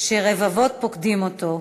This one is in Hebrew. שרבבות פוקדים אותו,